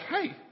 hey